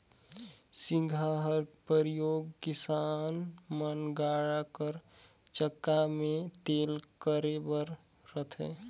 सिगहा कर परियोग किसान मन गाड़ा कर चक्का मे तेल करे बर करथे